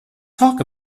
talk